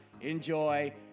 enjoy